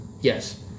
Yes